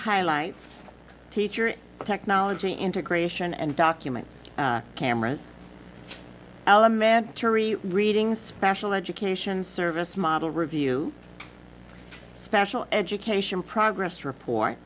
highlights teacher technology integration and document cameras elementary reading special education service model review special education progress report